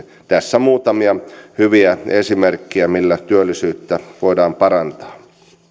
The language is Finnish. tässä muutamia hyviä esimerkkejä millä työllisyyttä voidaan parantaa